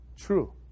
True